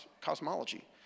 cosmology